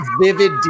vivid